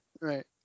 right